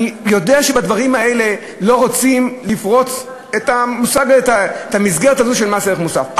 אני יודע שבדברים האלה לא רוצים לפרוץ את המסגרת הזאת של מס ערך מוסף,